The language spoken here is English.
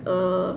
a